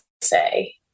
say